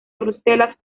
bruselas